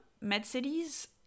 med-cities